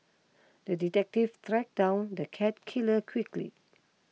the detective track down the cat killer quickly